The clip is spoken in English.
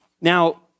Now